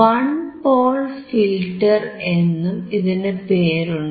one pole filter എന്നും ഇതിനു പേരുണ്ട്